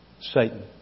Satan